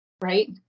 right